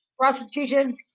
prostitution